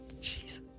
Jesus